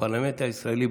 בפרלמנט הישראלי.